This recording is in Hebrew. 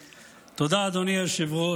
חבר כנסת, תודה, אדוני היושב-ראש.